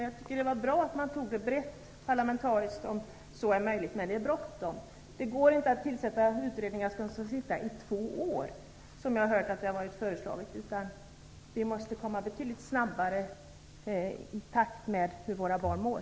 Jag tycker att det vore bra om man tog ett brett parlamentariskt grepp, om så är möjligt. Men det är bråttom. Det går inte att tillsätta utredningar som skall arbeta i två år, vilket har föreslagits. Vi måste komma betydligt snabbare i takt med hur våra barn mår.